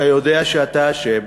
אתה יודע שאתה אשם.